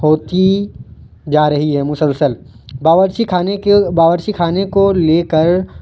ہوتی جا رہی ہے مسلسل باورچی خانے کے باورچی خانے کو لے کر